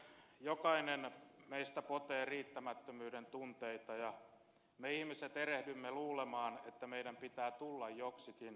jokainen meistä potee riittämättömyyden tunteita ja me ihmiset erehdymme luulemaan että meidän pitää tulla joksikin